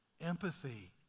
empathy